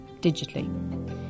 digitally